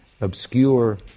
obscure